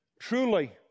truly